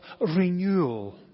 renewal